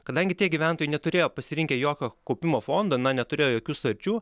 kadangi tie gyventojai neturėjo pasirinkę jokio kaupimo fondo na neturėjo jokių sutarčių